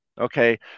Okay